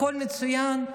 הכול מצוין?